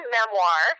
memoir